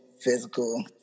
physical